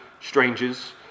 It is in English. strangers